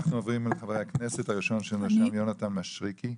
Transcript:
אנחנו עוברים לחברי הכנסת, הראשון יונתן מישרקי.